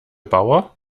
bauer